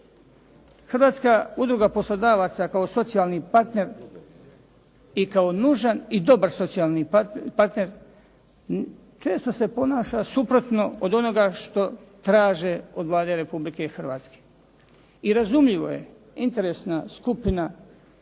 Hrvatska udruga poslodavaca kao socijalni partner i kao nužan i dobar socijalni partner često se ponaša suprotno od onoga što traže od Vlade Republike Hrvatske i razumljivo je, interesna skupina i interesi